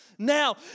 Now